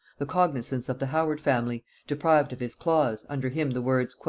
the cognisance of the howard family, deprived of his claws, under him the words,